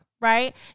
Right